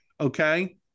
okay